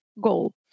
goal